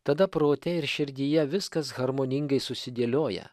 tada prote ir širdyje viskas harmoningai susidėlioja